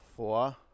Four